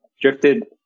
drifted